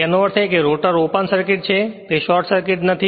તેનો અર્થ એ કે રોટર ઓપન સર્કિટ છે તે શોર્ટ સર્કિટ નથી